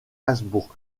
habsbourg